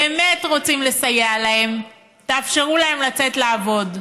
באמת רוצים לסייע להם, תאפשרו להם לצאת לעבוד.